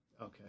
Okay